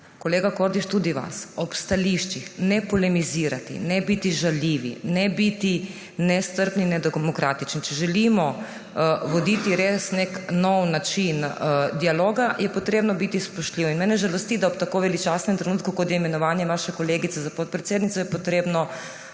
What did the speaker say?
kolega Kordiš, tudi vas, ob stališčih ne polemizirati, ne biti žaljivi, ne biti nestrpni, nedemokratični. Če želimo voditi nek nov način dialoga, je potrebno biti spoštljiv. Mene žalosti, da je ob tako veličastnem trenutku, kot je imenovanje naše kolegice za podpredsednico, potrebno